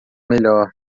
melhor